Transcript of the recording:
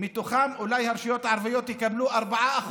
שמתוכן הרשויות הערביות יקבלו אולי 4%,